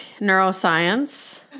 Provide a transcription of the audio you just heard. neuroscience